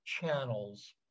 channels